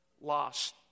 Lost